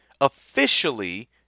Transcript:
officially